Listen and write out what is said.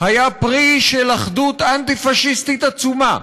היה פרי של אחדות אנטי-פאשיסטית עצומה,